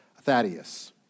Thaddeus